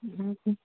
ம்